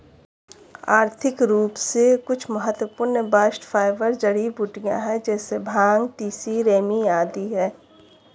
आर्थिक रूप से कुछ महत्वपूर्ण बास्ट फाइबर जड़ीबूटियां है जैसे भांग, तिसी, रेमी आदि है